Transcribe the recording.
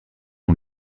ont